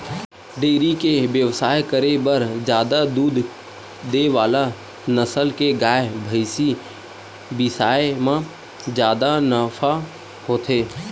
dairy के बेवसाय करे बर जादा दूद दे वाला नसल के गाय, भइसी बिसाए म जादा नफा होथे